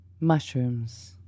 Mushrooms